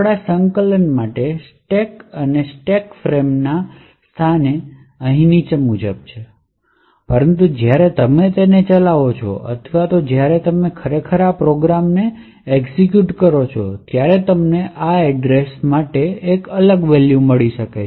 આપણાં સંકલન માટે સ્ટેક અને સ્ટેક ફ્રેમ ના સ્થાનો અહીં નીચે મુજબ હાજર છે પરંતુ જ્યારે તમે તેને ચલાવો છો અથવા જ્યારે તમે ખરેખર આ પ્રોગ્રામને ચલાવવાનો પ્રયાસ કરો છો ત્યારે તમને આ એડ્રેશઓ માટે એક અલગ વેલ્યુ મળી શકે છે